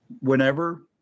whenever